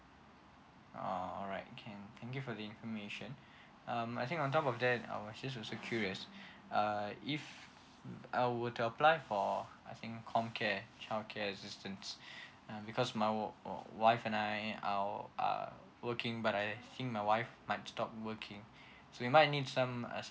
oh alright okay thank you for the information um I think on top of that she is also curious uh if I were to apply for I think com care childcare assistance uh because my wife and I uh are working but I think my wife might stop working so we might need some assistance